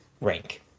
rank